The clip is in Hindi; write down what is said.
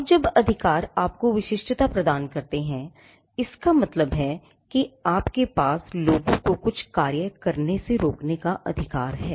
अब जब अधिकार आपको विशिष्टता प्रदान करते हैं इसका मतलब है कि आपके पास लोगों को कुछ कार्य करने से रोकने का अधिकार है